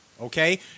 okay